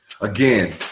Again